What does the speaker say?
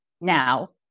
now